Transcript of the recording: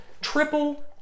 Triple